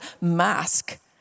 mask